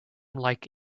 like